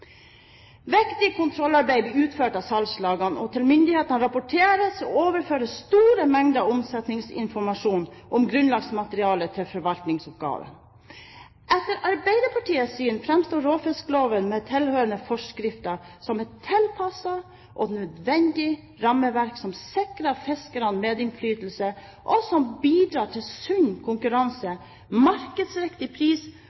Viktig kontrollarbeid blir utført av salgslagene, og til myndighetene rapporteres og overføres store mengder omsetningsinformasjon som grunnlagsmateriale for forvaltningsoppgaven. Etter Arbeiderpartiets syn framstår råfiskloven med tilhørende forskrifter som et tilpasset og nødvendig rammeverk som sikrer fiskerne medinnflytelse, og som bidrar til sunn konkurranse, markedsriktig pris